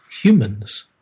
humans